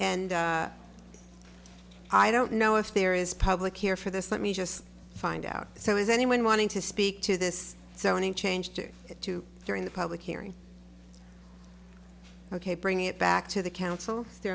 d i don't know if there is public here for this let me just find out so is anyone wanting to speak to this so many changed it to during the public hearing ok bring it back to the council their